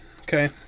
Okay